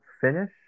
finish